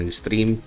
stream